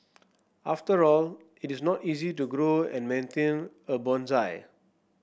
after all it is not easy to grow and maintain a bonsai